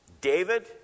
David